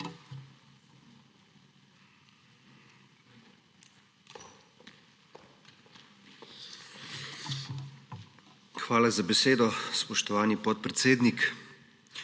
Hvala za besedo, spoštovani podpredsednik.